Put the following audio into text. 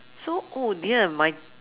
so oh dear my